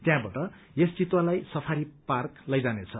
यहाँबाट त्यस चितुवालाई सफारी पार्क लैजानेछ